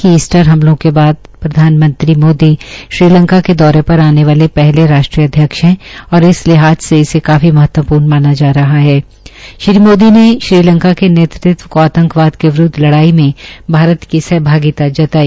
कि ईस्टर हमलों के बाद प्रधानमंत्री मोदी श्रीलंका के दौरे पर आने वाले पहले राष्ट्रध्यक्ष ह और इस लिहाज से इसे काफी महत्वपूर्ण माना जा रहा हा श्रीमोदी ने श्रीलंका के नेतृत्व को आंतकवाद के विरूदव लड़ाइ में भारत की सहभागिता जताई